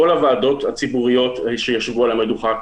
כל הוועדות הציבוריות שישבו על המדוכה,